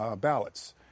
ballots